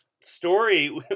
story